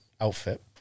outfit